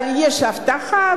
אבל יש הבטחה,